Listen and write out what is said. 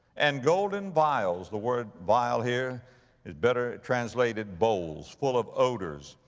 and golden vials, the word vial here is better translated bowls, full of odors,